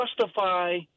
justify